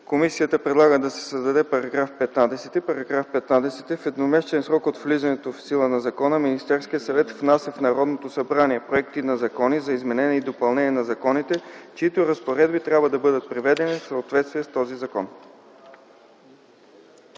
Комисията предлага да се създаде § 15: „§ 15. В едномесечен срок от влизането в сила на закона Министерският съвет внася в Народното събрание проекти на закони за изменение и допълнение на законите, чиито разпоредби трябва да бъдат приведени в съответствие с този закон.”